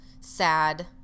sad